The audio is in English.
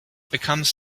becomes